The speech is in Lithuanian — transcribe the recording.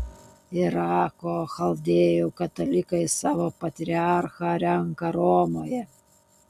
irako chaldėjų katalikai savo patriarchą renka romoje